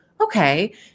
okay